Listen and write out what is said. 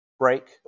Break